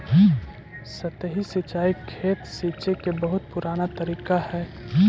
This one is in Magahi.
सतही सिंचाई खेत सींचे के बहुत पुराना तरीका हइ